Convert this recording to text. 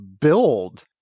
build